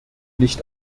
nicht